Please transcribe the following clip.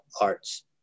arts